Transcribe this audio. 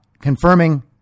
confirming